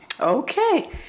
Okay